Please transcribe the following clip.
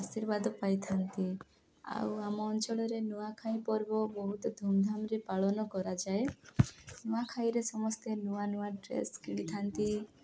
ଆଶୀର୍ବାଦ ପାଇଥାନ୍ତି ଆଉ ଆମ ଅଞ୍ଚଳରେ ନୂଆଖାଇ ପର୍ବ ବହୁତ ଧୁମ୍ଧାମ୍ରେ ପାଳନ କରାଯାଏ ନୂଆଖାଇରେ ସମସ୍ତେ ନୂଆ ନୂଆ ଡ୍ରେସ୍ କିଣିଥାନ୍ତି